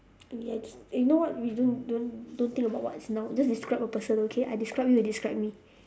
okay I just you know what we don't don't don't think about what is noun just describe a person okay I describe you you describe me